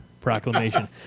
proclamation